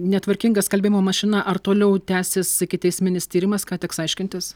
netvarkinga skalbimo mašina ar toliau tęsis ikiteisminis tyrimas ką teks aiškintis